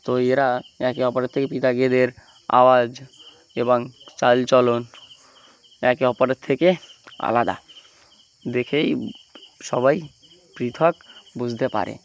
তো এরা একে অপরের থেকে পৃথক এদের আওয়াজ এবং চালচলন একে অপরের থেকে আলাদা দেখেই সবাই পৃথক বুঝতে পারে